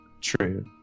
True